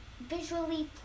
visually